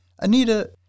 Anita